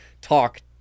talk